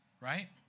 right